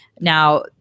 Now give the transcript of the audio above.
Now